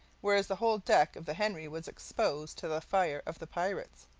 whereas the whole deck of the henry was exposed to the fire of the pirates.